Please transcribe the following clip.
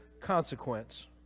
consequence